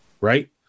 right